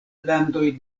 landoj